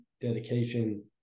dedication